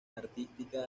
artística